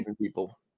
people